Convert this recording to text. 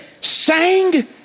sang